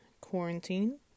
quarantine